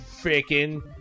freaking